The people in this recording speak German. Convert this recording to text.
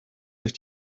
sich